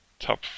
Top